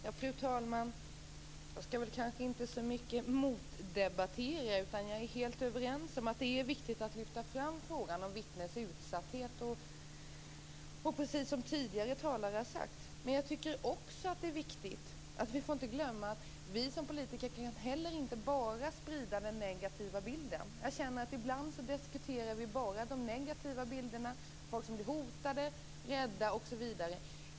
Fru talman! Jag skall inte så mycket debattera mot det som sades. Vi är helt överens om att det är viktigt att lyfta fram frågan som vittnens utsatthet, precis som tidigare talare har sagt. Men det är också viktigt att inte glömma att vi som politiker inte bara kan sprida den negativa bilden. Jag känner att vi ibland diskuterar bara de negativa bilderna. Det handlar om människor som blir hotad, är rädda osv.